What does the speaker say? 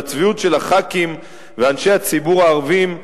על הצביעות של חברי הכנסת ואנשי הציבור הערבים,